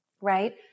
Right